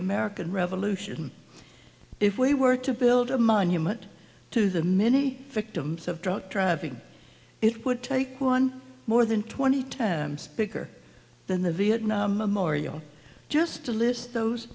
american revolution if we were to build a monument to the many victims of drunk driving it would take one more than twenty times bigger than the vietnam memorial just to list those